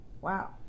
Wow